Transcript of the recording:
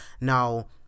now